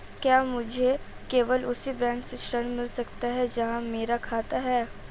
क्या मुझे केवल उसी बैंक से ऋण मिल सकता है जहां मेरा खाता है?